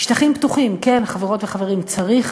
שטחים פתוחים, כן, חברות וחברים, צריך